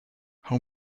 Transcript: how